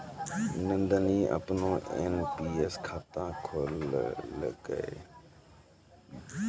नंदनी अपनो एन.पी.एस खाता खोललकै